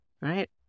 right